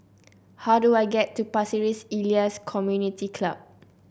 how do I get to Pasir Ris Elias Community Club